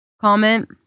comment